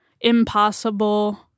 impossible